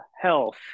health